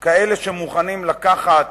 כאלה שמוכנים לקחת